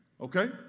Okay